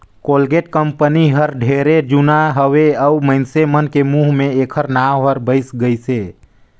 Colgate company हर ढेरे जुना हवे अऊ मइनसे मन के मुंह मे ऐखर नाव हर बइस गइसे